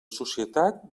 societat